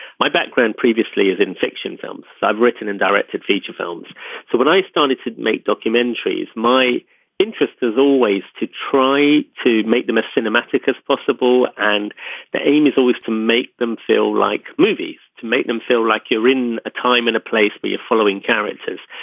my background previously is infection films i've written and directed feature films. so when i started to make documentaries. my interest is always to try to make them as cinematic as possible and the aim is always to make them feel like movies to make them feel like you're in a time and a place the following characters.